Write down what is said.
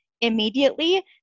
immediately